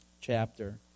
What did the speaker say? chapter